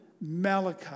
Malachi